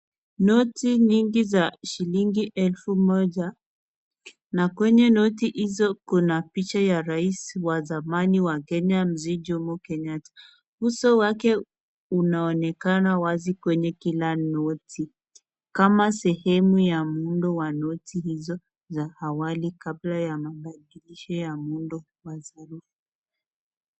Noti nyingi za shilingi elfu moja, na kwenye noti hizo kuna picha ya raisi wa zamani mzee Jommo Kenyatta. Uso wake unaonekana wazi kwenye kila noti, kama sehemu ya muundo wa noti hizo za awali kabla ya mabadilisho ya muundo wa saa hii.